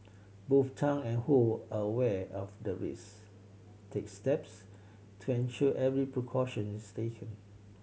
both Tang and Ho are aware of the risk take steps to ensure every precaution is taken